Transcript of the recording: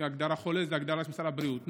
הגדרה של חולה זה הגדרה של משרד הבריאות,